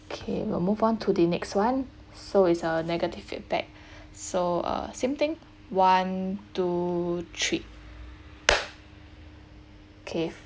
okay we'll move on to the next [one] so is a negative feedback so uh same thing one two three okay